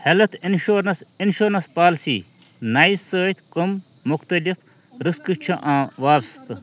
health insurance insurance policy نَیہِ سۭتۍ کَم مُختلِف رِسکہٕ چھِ وابستہٕ